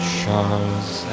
Charles